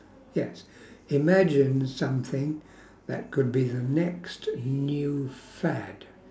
yes imagine something that could be the next new fad